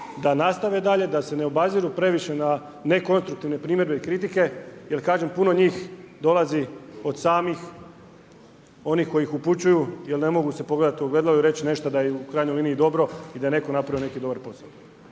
da nastave dalje, da se ne obaziru previše na nekonstruktivne primjedbe i kritike, jer kažem puno njih, dolazi od samih onih koji upućuju jer ne mogu se pogledati u ogledalu i reći nešto da je u krajnjoj liniji dobro i da je netko napravio neki dobar posao.